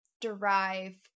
derive